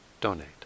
donate